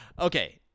okay